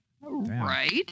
right